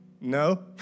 No